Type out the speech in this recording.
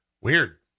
Weird